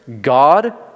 God